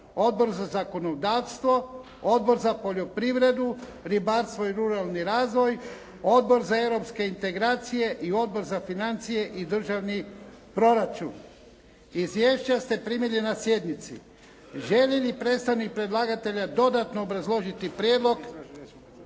Odbor za zakonodavstvo, Odbor za poljoprivredu, ribarstvo i ruralni razvoj, Odbor za europske integracije i Odbor za financije i državni proračun. Izvješća ste primili na sjednici. Želi li predstavnik predlagatelja dodatno obrazložiti prijedlog